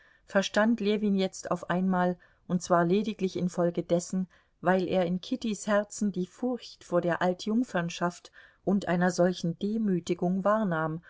verstand ljewin jetzt auf einmal und zwar lediglich infolgedessen weil er in kittys herzen die furcht vor der altjungfernschaft und einer solchen demütigung